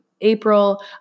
April